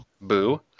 Boo